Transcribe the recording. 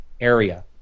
area